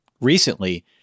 recently